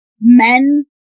Men